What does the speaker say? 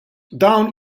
dawn